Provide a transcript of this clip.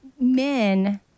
men